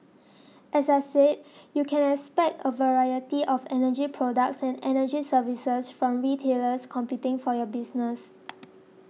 as I said you can expect a variety of energy products and energy services from retailers competing for your business